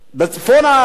בצפון הארץ,